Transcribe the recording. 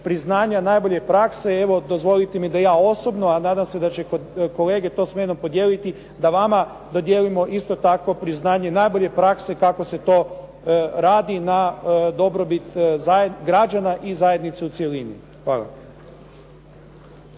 priznanja najbolje prakse, evo dozvolite mi da ja osobno a nadam se da će kolege to sa mnom podijeliti da vama podijelimo isto tako priznanje najbolje prakse kako se to radi na dobrobit građana i zajednice u cjelini. Hvala.